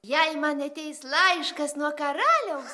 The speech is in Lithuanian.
jei man ateis laiškas nuo karaliaus